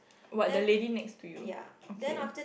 what the lady next to you okay